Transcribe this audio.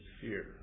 fear